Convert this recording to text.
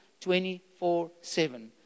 24-7